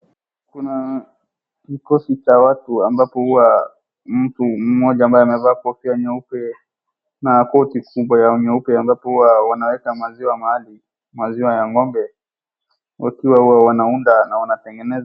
Kuna kikosi cha watu ambapo huwa mtu mmoja ambaye amevaa kofia ya nyeupe na koti kubwa ya nyeupe ambapo huwa wanaweka maziwa mahali. Maziwa ya ngombe wakiwa wanaunda na wanatengeneza.